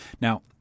Now